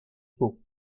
pot